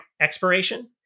expiration